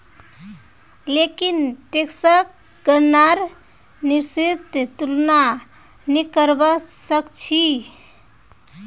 लेकिन टैक्सक गणनार निश्चित तुलना नी करवा सक छी